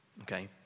okay